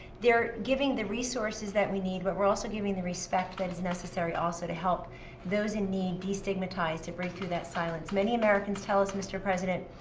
they're giving the resources that we need, but we're always giving the respect that is necessary, also, to help those in need destigmatize, to break through that silence. many americans tell us, mr. president,